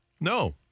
No